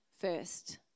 first